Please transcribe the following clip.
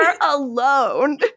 alone